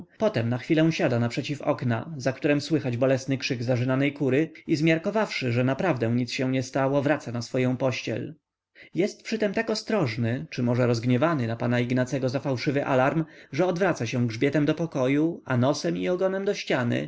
potem na chwilę siada naprzeciw okna za którem słychać bolesny krzyk zarzynanej kury i zmiarkowawszy że naprawdę nic się nie stało wraca na swoję pościel jest przytem tak ostrożny czy może rozgniewany na pana ignacego za fałszywy alarm że odwraca się grzbietem do pokoju a nosem i ogonem do ściany